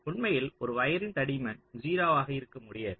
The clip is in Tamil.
உண்மையில் ஒரு வயரின் தடிமன் 0 ஆக இருக்க முடியாது